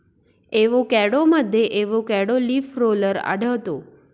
एवोकॅडोमध्ये avocado leaf roller आढळतो